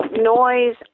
noise